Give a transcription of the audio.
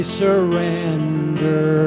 surrender